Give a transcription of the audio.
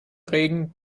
regen